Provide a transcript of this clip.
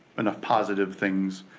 enough positive things,